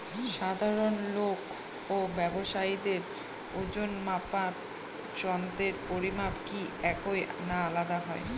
সাধারণ লোক ও ব্যাবসায়ীদের ওজনমাপার যন্ত্রের পরিমাপ কি একই না আলাদা হয়?